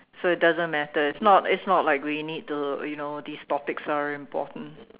so it doesn't matter it's not it's not like we need to you know these topics are important